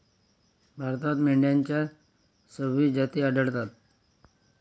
भारतात मेंढ्यांच्या सव्वीस जाती आढळतात